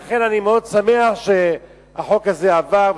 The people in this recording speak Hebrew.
לכן אני מאוד שמח שהחוק הזה עבר.